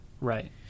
right